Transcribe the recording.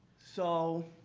so,